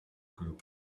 group